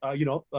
ah you know,